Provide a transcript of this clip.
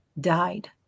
died